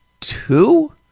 two